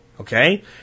Okay